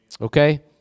Okay